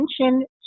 attention